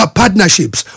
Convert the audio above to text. partnerships